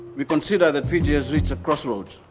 we consider that fiji has reached a crossroads,